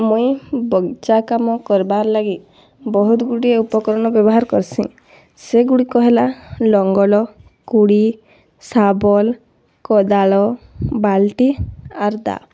ମୁଇଁ ବଗିଚା କାମ କରିବାର୍ ଲାଗି ବହୁତ୍ ଗୁଡ଼ିଏ ଉପକରଣ ବ୍ୟବହାର୍ କରସିଁ ସେଗୁଡ଼ିକ ହେଲା ଲଙ୍ଗଳ କୁଡି ସାବଲ୍ କୋଦାଳ ବାଲ୍ଟି ଆର୍ ଦାଆ